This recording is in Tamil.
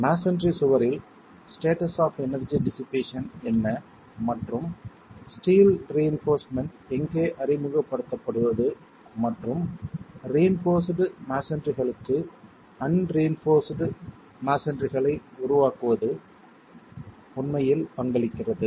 மஸோன்றி சுவரில் ஸ்டேட்டஸ் ஆப் எனர்ஜி டிஷ்ஷிபேசன் என்ன மற்றும் ஸ்டீல் ரிஇன்போர்ஸ்மென்ட் எங்கே அறிமுகப்படுத்துவது மற்றும் ரிஇன்போர்ஸ்டு மஸோன்றிகளுக்கு அன்ரிஇன்போர்ஸ்டு மஸோன்றிகளை உருவாக்குவது உண்மையில் பங்களிக்கிறது